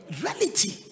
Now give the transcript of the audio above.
Reality